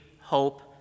hope